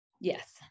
Yes